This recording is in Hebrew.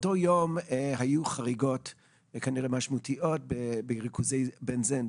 באותו יום היו חריגות כנראה משמעותיות בריכוזי בנזן,